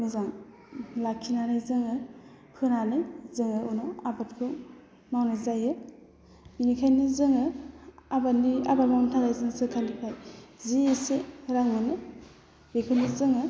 मोजां लाखिनानै जोङो होनानै जोङो उनाव आबादखौ मावनाय जायो बेनिखायनो जोङो आबाद मावनो थाखाय सोरखारनिफ्राय जि एसे रां मोनो बेखौनो जोङो